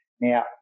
Now